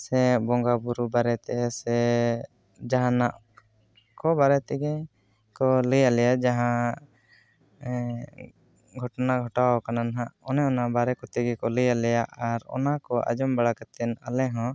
ᱥᱮ ᱵᱚᱸᱜᱟ ᱵᱩᱨᱩ ᱵᱟᱨᱮᱛᱮ ᱥᱮ ᱡᱟᱦᱟᱱᱟᱜ ᱠᱚ ᱵᱟᱨᱮ ᱛᱮᱜᱮ ᱠᱚ ᱞᱟᱹᱭᱟ ᱞᱮᱭᱟ ᱡᱟᱦᱟᱸ ᱜᱷᱚᱴᱚᱱᱟ ᱜᱷᱚᱴᱟᱣ ᱟᱠᱟᱱᱟ ᱱᱟᱦᱟᱜ ᱚᱱᱮ ᱚᱱᱟ ᱵᱟᱨᱮᱛᱮ ᱜᱮᱠᱚ ᱞᱟᱹᱭᱟᱞᱮᱭᱟ ᱟᱨ ᱚᱱᱟᱠᱚ ᱟᱸᱡᱚᱢ ᱵᱟᱲᱟ ᱠᱟᱛᱮᱫ ᱟᱞᱮᱦᱚᱸ